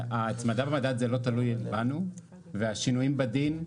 וההצמדה במדד זה לא תלוי בנו והשינויים בדין,